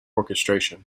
orchestration